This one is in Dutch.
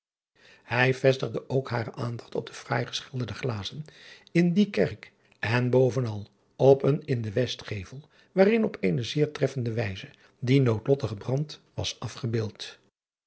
ij vestigde ook hare aandacht op de fraai geschilderde glazen in die kerk en bovenal op een in den westgevel waarin op eene zeer treffende wijze die noodlottige brand was afgebeeld